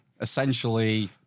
essentially